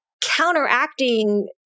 counteracting